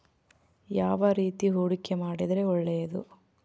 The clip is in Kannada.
ಯಾವ ರೇತಿ ಹೂಡಿಕೆ ಮಾಡಿದ್ರೆ ಒಳ್ಳೆಯದು?